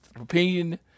opinion